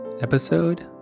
Episode